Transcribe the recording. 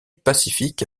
pacifique